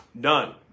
done